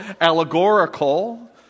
allegorical